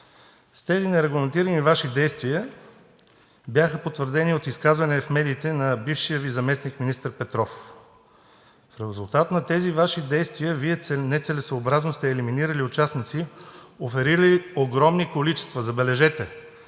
Тези нерегламентирани Ваши действия бяха потвърдени от изказвания и в медиите на бившия Ви заместник-министър Петров. В резултат на тези Ваши действия Вие нецелесъобразно сте елиминирали участници, оферирали огромни количества. Забележете,